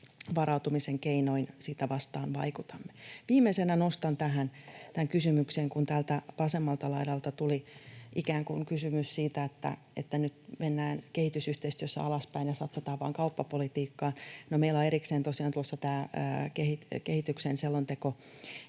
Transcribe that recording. varautumisen keinoin sitä vastaan vaikutamme. Viimeisenä nostan tähän tämän kysymyksen, kun täältä vasemmalta laidalta tuli ikään kuin kysymys siitä, että nyt mennään kehitysyhteistyössä alaspäin ja satsataan vain kauppapolitiikkaan. No, meillä on erikseen tosiaan tulossa tämä kehityksen selonteko